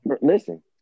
listen